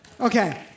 Okay